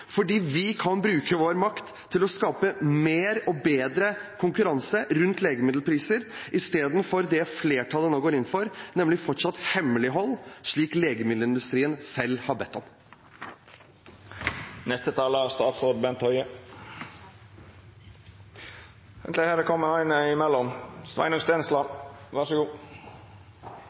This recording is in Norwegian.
fordi vi kan bruke vår makt til å skape mer og bedre konkurranse rundt legemiddelpriser, i stedet for det flertallet nå går inn for, nemlig fortsatt hemmelighold, slik legemiddelindustrien selv har bedt om.